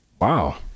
wow